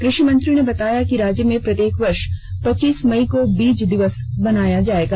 कृषि मंत्री ने बताया कि राज्य में प्रत्येक वर्ष पच्चीस मई को बीज दिवस बनाया जाएगा